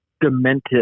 demented